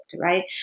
right